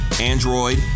Android